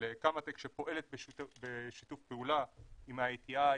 של קמא טק שפועלת בשיתוף פעולה עם IATI,